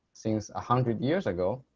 since a hundred years ago,